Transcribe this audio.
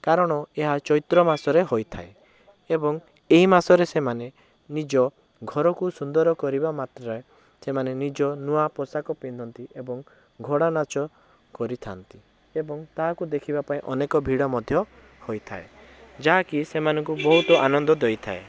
କାରଣ ଏହା ଚୈତ୍ର ମାସରେ ହୋଇଥାଏ ଏବଂ ଏହି ମାସରେ ସେମାନେ ନିଜ ଘରକୁ ସୁନ୍ଦର କରିବା ମାତ୍ରେ ସେମାନେ ନିଜ ନୂଆ ପୋଷକ ପିନ୍ଧନ୍ତି ଏବଂ ଘୋଡ଼ା ନାଚ କରିଥାନ୍ତି ଏବଂ ତାହାକୁ ଦେଖିବା ପାଇଁ ଅନେକ ଭିଡ଼ ମଧ୍ୟ ହୋଇଥାଏ ଯାହାକି ସେମାନଙ୍କୁ ବହୁତ ଆନନ୍ଦ ଦେଇଥାଏ